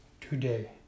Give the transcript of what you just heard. today